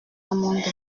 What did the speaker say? amendements